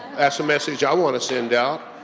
so message i want to send out,